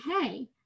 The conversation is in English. hey